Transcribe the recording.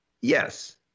Yes